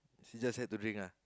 she just send to win ah